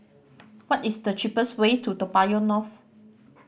what is the cheapest way to Toa Payoh North